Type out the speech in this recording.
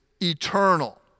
eternal